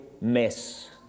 mess